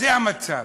זה המצב.